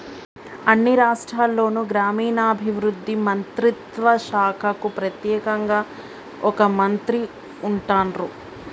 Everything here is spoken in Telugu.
అన్ని రాష్ట్రాల్లోనూ గ్రామీణాభివృద్ధి మంత్రిత్వ శాఖకు ప్రెత్యేకంగా ఒక మంత్రి ఉంటాన్రు